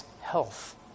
health